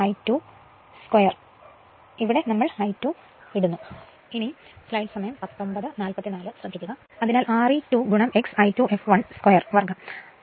അതിനാൽ ഇവിടെ നമ്മൾ I2 എന്ന് എഴുതുന്നു Re2 x I2 fl 2 എന്നത് നമ്മൾ കണ്ടുകഴിഞ്ഞു